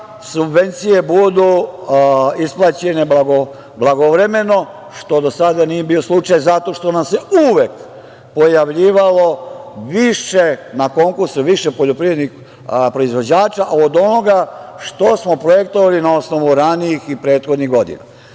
subvencije budu isplaćene blagovremeno, što do sada nije bio slučaj, zato što nam se uvek pojavljivalo više poljoprivrednih proizvođača na konkursu od onoga što smo projektovali na osnovu ranijih i prethodnih godina. Zato